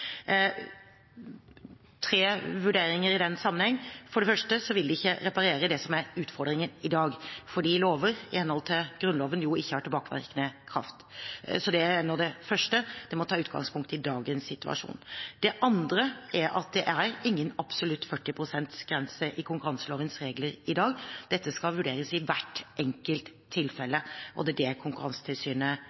tre vurderinger i den sammenheng: For det første vil det ikke reparere det som er utfordringen i dag, fordi lover, i henhold til Grunnloven, jo ikke har tilbakevirkende kraft. Det er det første, at det må tas utgangspunkt i dagens situasjon. Det andre er at det er ingen absolutt 40 pst.-grense i konkurranselovens regler i dag. Dette skal vurderes i hvert enkelt tilfelle, og det er det Konkurransetilsynet